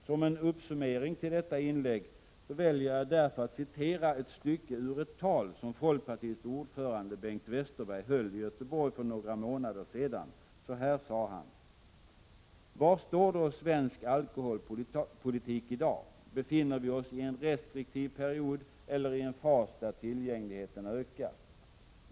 Som en uppsummering till detta inlägg väljer jag därför att citera ett stycke ur ett tal som folkpartiets ordförande Bengt Westerberg höll i Göteborg för några månader sedan. Så här sade han: ”Var står då svensk alkoholpolitik i dag? Befinner vi oss i en restriktiv period eller i en fas där tillgängligheten ökar?